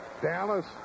Dallas